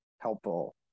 helpful